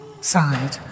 side